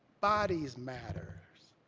bodies matter.